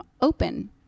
open